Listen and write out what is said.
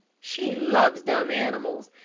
she loves dumb animals,